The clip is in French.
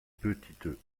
petites